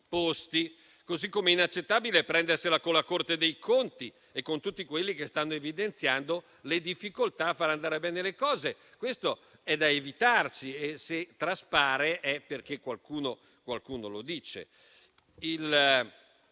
stesso modo è inaccettabile prendersela con la Corte dei conti e con quanti stanno evidenziando le difficoltà di far andare bene le cose. Questo è da evitare e, se traspare, è perché qualcuno lo dice.